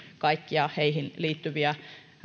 kaikkia heihin liittyviä